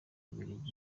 bubiligi